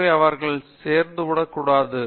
எனவே அவர்கள் சோர்ந்துவிடக் கூடாது